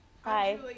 Hi